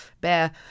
bear